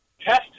test